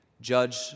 judge